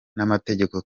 n’amategeko